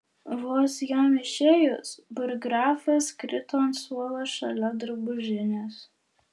vos jam išėjus burggrafas krito ant suolo šalia drabužinės